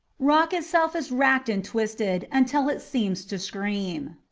rock itself is racked and twisted, until it seems to scream.